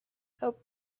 help